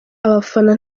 abafana